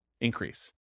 increase